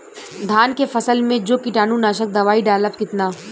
धान के फसल मे जो कीटानु नाशक दवाई डालब कितना?